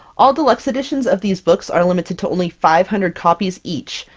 all deluxe editions of these books are limited to only five hundred copies each,